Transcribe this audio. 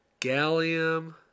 Gallium